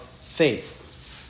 faith